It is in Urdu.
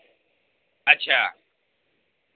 اچھا